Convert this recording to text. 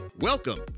Welcome